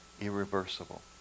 Irreversible